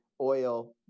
oil